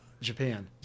Japan